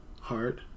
heart